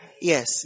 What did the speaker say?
Yes